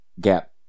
gap